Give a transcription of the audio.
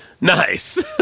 Nice